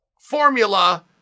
formula